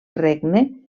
regne